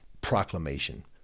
proclamation